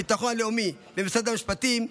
הביטחון הלאומי ומשרד המשפטים,